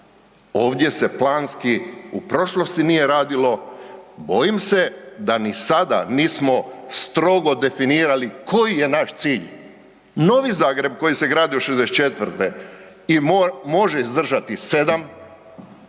ovdje se planski u prošlosti nije radilo, bojim se da ni sada nismo strogo definirali koji je naš cilj. Novi Zagreb koji se gradio '64. i može izdržati 7 po